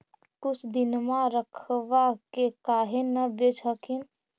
कुछ दिनमा रखबा के काहे न बेच हखिन?